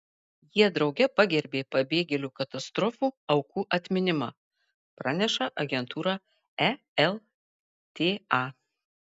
jie drauge pagerbė pabėgėlių katastrofų aukų atminimą praneša agentūra elta